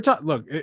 look